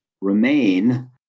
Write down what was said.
remain